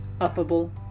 affable